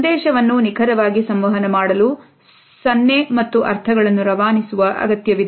ಸಂದೇಶವನ್ನು ನಿಖರವಾಗಿ ಸಂವಹನ ಮಾಡಲು ಸೊನ್ನೆ ಮತ್ತು ಅರ್ಥಗಳನ್ನು ರವಾನಿಸುವ ಅಗತ್ಯವಿದೆ